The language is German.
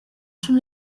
schon